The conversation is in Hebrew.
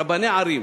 רבני ערים,